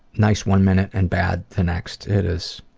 nice one minute and bad the next, it is